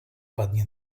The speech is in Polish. padnie